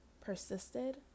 persisted